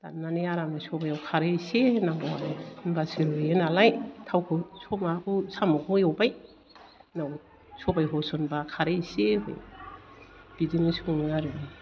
दाननानै आराम सबाइयाव खारै एसे होनांगौ आरो होनबासो रुयो नालाय थावखौ माबाखो साम'खौ एवबाय उनाव सबाइ होसनबा खारै एसे होबाय बिदिनो सङो आरो